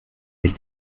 sich